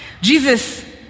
Jesus